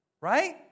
Right